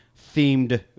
themed